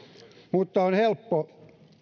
mutta on helppo